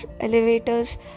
elevators